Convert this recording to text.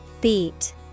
Beat